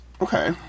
Okay